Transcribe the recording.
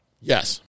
Yes